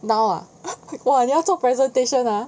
now ah !wah! 你要做 presentation ah